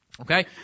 Okay